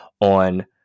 on